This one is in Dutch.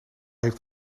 heeft